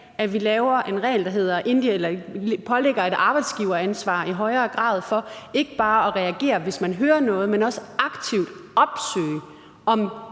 at vi laver en regel, der pålægger et arbejdsgiveransvar i højere grad for ikke bare at reagere, hvis man hører noget, men også aktivt opsøge